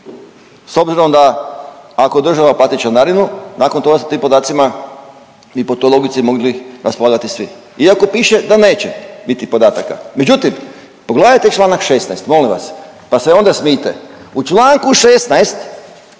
S obzirom da ako država plati članarinu nakon toga s tim podacima i po toj logici mogli raspolagati svi, iako piše da neće biti podataka. Međutim, pogledajte čl. 16. molim vas pa se onda smijte. U čl. 16.